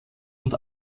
und